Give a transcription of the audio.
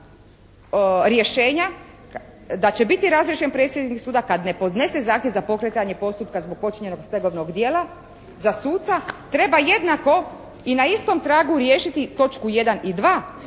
rješenja da će biti razriješen predsjednik suda kad ne podnese zahtjev za pokretanje postupka zbog počinjenog stegovnog djela za suca treba jednako i na istom tragu riješiti točku jedan